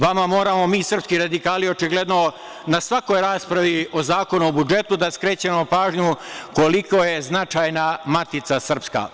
Vama moramo mi srpski radikali očigledno na svakoj raspravi o Zakonu o budžetu da skrećemo pažnju koliko je značajna Matica srpska.